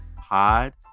Pod